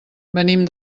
venim